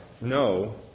No